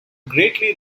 greatly